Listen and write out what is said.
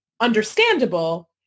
understandable